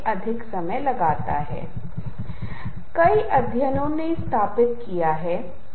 आपको लग सकता है कि माताओं का एक समूह बातचीत कर रहा है और बच्चे खेल रहे हैं एक बच्चा रोने लगता है और एक माँ उठ जाती है